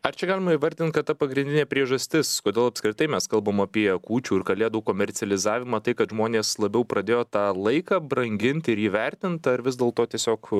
ar čia galima įvardint kad ta pagrindinė priežastis kodėl apskritai mes kalbam apie kūčių ir kalėdų komercializavimą tai kad žmonės labiau pradėjo tą laiką brangint ir jį vertint ar vis dėlto tiesiog